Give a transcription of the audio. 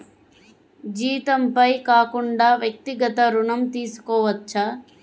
జీతంపై కాకుండా వ్యక్తిగత ఋణం తీసుకోవచ్చా?